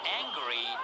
angry